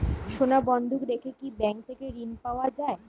সোনা বন্ধক রেখে কি ব্যাংক থেকে ঋণ পাওয়া য়ায়?